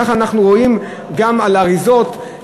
כך אנחנו רואים גם על אריזות,